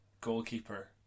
goalkeeper